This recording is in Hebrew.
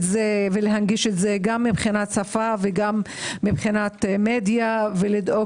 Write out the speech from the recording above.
זה ולהנגיש את זה גם מבחינת שפה וגם מבחינת מדיה ולדאוג